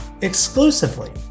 exclusively